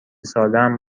سالهام